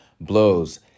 blows